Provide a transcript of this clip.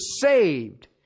saved